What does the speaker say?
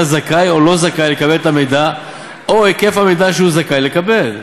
זכאי או לא זכאי לקבל את המידע או להיקף המידע שהוא זכאי לקבל.